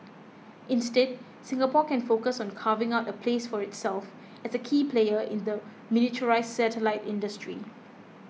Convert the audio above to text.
instead Singapore can focus on carving out a place for itself as a key player in the miniaturised satellite industry